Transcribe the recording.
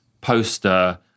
poster